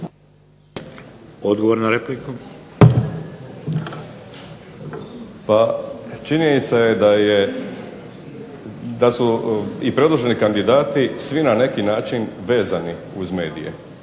Krunoslav (HDZ)** Pa činjenica je da su i predloženi kandidati svi na neki način vezani uz medije,